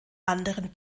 anderen